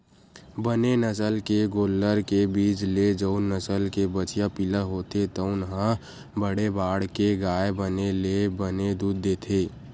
बने नसल के गोल्लर के बीज ले जउन नसल के बछिया पिला होथे तउन ह बड़े बाड़के गाय बने ले बने दूद देथे